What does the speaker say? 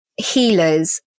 healers